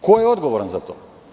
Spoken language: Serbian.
Ko je odgovoran za to?